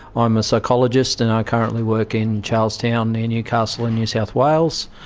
i'm a psychologist and i currently work in charlestown near newcastle in new south wales.